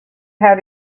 how